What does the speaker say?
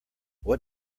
what